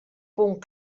punt